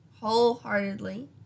Wholeheartedly